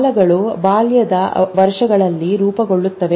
ಜಾಲಗಳು ಬಾಲ್ಯದ ವರ್ಷಗಳಲ್ಲಿ ರೂಪುಗೊಳ್ಳುತ್ತವೆ